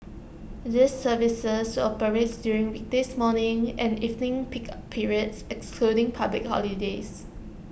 these services operates during weekdays morning and evening peak periods excluding public holidays